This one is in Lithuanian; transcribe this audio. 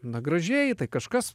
na gražiai tai kažkas